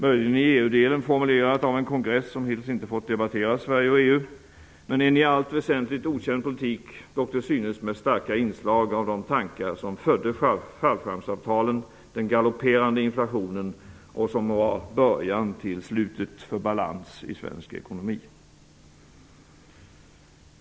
Möjligen är det i EU-delen formulerat av en kongress som hittills inte fått debattera Sverige och EU. Men det är en i allt väsentligt okänd politik, dock till synes med starka inslag av de tankar som födde fallskärmsavtalen och den galopperande inflationen, och som var början till slutet för balans i svensk ekonomi.